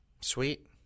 Sweet